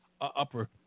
upper